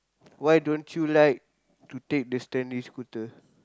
why don't you like to take the standing scooter